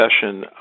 session